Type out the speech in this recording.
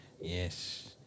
yes